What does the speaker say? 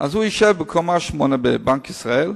הוא יושב בקומה 8 בבנק ישראל,